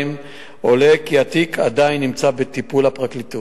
עולה כי התיק עדיין בטיפול הפרקליטות.